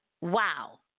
Wow